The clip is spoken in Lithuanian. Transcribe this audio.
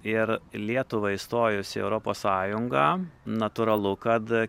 ir lietuvai įstojus į europos sąjungą natūralu kad